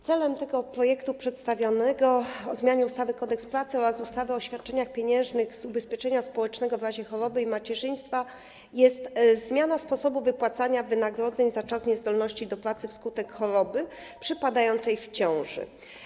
Celem przedstawionego projektu ustawy o zmianie ustawy Kodeks pracy oraz ustawy o świadczeniach pieniężnych z ubezpieczenia społecznego w razie choroby i macierzyństwa jest zmiana sposobu wypłacania wynagrodzeń za czas niezdolności do pracy wskutek choroby przypadającej w czasie ciąży.